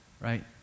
right